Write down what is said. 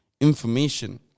information